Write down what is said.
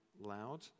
loud